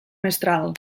mestral